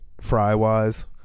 fry-wise